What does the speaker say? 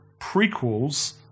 prequels